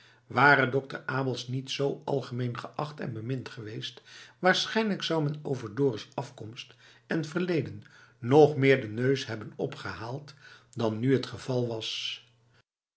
ware dokter abels niet zoo algemeen geacht en bemind geweest waarschijnlijk zou men over dorus afkomst en verleden nog meer den neus hebben opgehaald dan nu het geval was